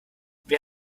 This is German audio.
wer